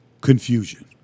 confusion